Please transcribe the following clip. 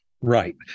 Right